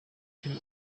him